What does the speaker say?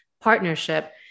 partnership